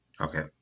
okay